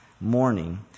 morning